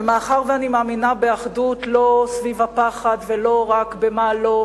ומאחר שאני מאמינה באחדות לא סביב הפחד ולא רק ב"מה לא",